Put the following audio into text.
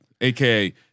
AKA